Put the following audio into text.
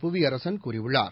புவியரசன் கூறியுள்ளார்